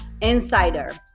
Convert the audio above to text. insider